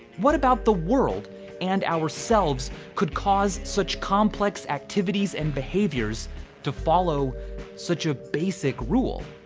what about the world and ourselves could cause such complex activities and behaviors to follow such a basic rule?